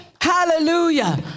Hallelujah